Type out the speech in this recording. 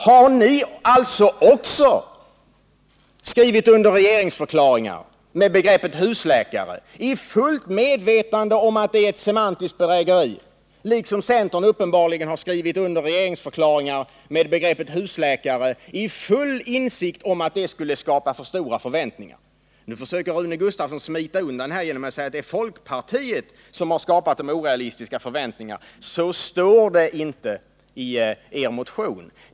Har ni alltså också skrivit under regeringsförklaringar med begreppet husläkare i fullt medvetande om att det är ett semantiskt bedrägeri, liksom centern har skrivit under regeringsförklaringar med begreppet husläkare i full insikt om att det skulle skapa för stora förväntningar? Nu försöker Rune Gustavsson smita undan genom att säga att det är folkpartiet som har skapat de orealistiska förväntningarna. Så står det inte i er motion.